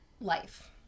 life